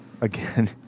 again